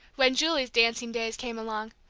when julie's dancing days came along,